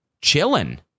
Chilling